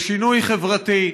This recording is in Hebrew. לשינוי חברתי.